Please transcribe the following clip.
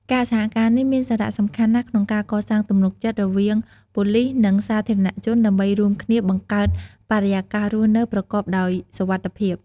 ការសហការនេះមានសារៈសំខាន់ណាស់ក្នុងការកសាងទំនុកចិត្តរវាងប៉ូលិសនិងសាធារណជនដើម្បីរួមគ្នាបង្កើតបរិយាកាសរស់នៅប្រកបដោយសុវត្ថិភាព។